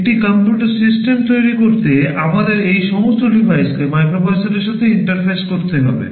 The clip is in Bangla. একটি কম্পিউটার সিস্টেম তৈরি করতে আমাদের এই সমস্ত ডিভাইসকে মাইক্রোপ্রসেসরের সাথে ইন্টারফেস করতে হবে